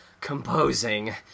composing